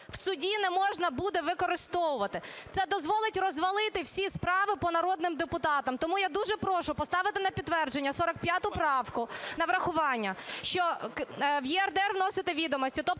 в суді не можна буде використовувати. Це дозволить розвалити всі справи по народним депутатам. Тому я дуже прошу поставити на підтвердження 45 правку на врахування, що в ЄРДР вносити відомості,